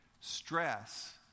stress